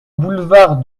boulevard